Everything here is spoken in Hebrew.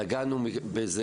נגענו בזה,